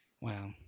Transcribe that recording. Wow